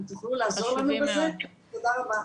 אם תוכלו לעזור לנו בזה, תודה רבה.